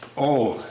oh,